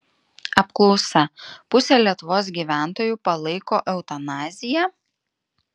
apklausa pusė lietuvos gyventojų palaiko eutanaziją